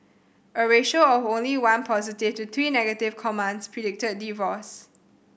a ratio of only one positive to three negative comments predicted divorce